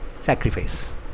sacrifice